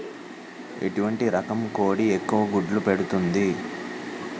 ఎటువంటి రకం కోడి ఎక్కువ గుడ్లు పెడుతోంది?